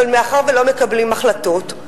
אבל מאחר שלא מקבלים החלטות,